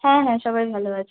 হ্যাঁ হ্যাঁ সবাই ভালো আছে